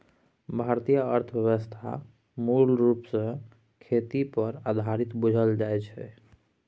भारतीय अर्थव्यवस्था मूल रूप सँ खेती पर आधारित बुझल जाइ छै